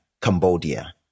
Cambodia